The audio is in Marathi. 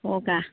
हो का